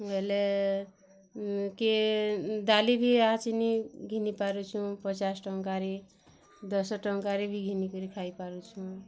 ବୋଇଲେ କିଏ ଡ଼ାଲି ବି ଏହା ଚିନି ଘିନିପାରୁଚୁ ପଚାଶ୍ ଟଙ୍କାରେ ଦଶ୍ ଟଙ୍କାରେ ଭି ଘିନିକରି ଖାଇପାରୁଛୁଁ